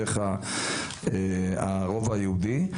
דרך הרובע היהודי,